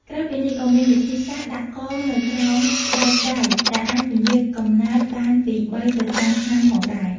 ក្រៅពីនេះ ក៏មានវិធីសាស្ត្រដាក់កងនៅក្រោមស្បែកដៃដែលអាចពន្យារកំណើតបានពី ៣ ទៅ ៥ ឆ្នាំផងដែរ។